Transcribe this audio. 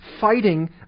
fighting